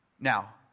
Now